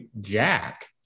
Jack